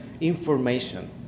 information